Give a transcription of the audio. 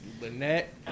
Lynette